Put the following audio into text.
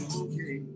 okay